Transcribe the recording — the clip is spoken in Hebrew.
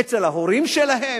אצל ההורים שלהם,